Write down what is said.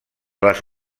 les